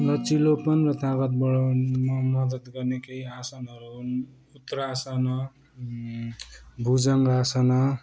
लचिलोपन र तागत बढाउनमा मद्दत गर्ने केही आसनहरू हुन् उत्तरा आसन भुजङ्ग आसन